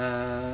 uh